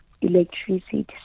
electricity